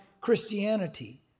Christianity